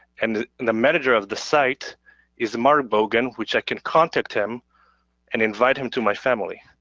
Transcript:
and the manager of the site is marv bogan, which i can contact him and invite him to my family.